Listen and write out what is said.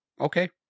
okay